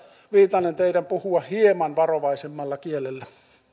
viitanen kannattaisi puhua hieman varovaisemmalla kielellä